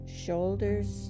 shoulders